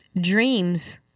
dreams